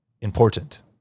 important